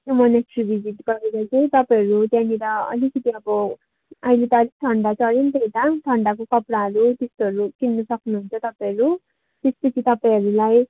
त्यो monastery visit गरेर चाहिँ तपाईँहरू त्यहाँनेर अलिकति अब अहिले त अलिक ठण्डा चढ्यो त यता ठण्डाको कपडाहरू त्यस्तोहरू किन्नु सक्नु हुन्छ तपाईँहरू त्यस पछि तपाईँहरूलाई